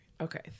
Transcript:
okay